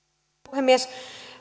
puhemies